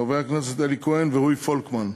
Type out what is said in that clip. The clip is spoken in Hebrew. חברי הכנסת אלי כהן ורועי פולקמן,